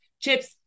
chips